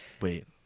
Wait